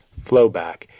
flowback